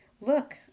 Look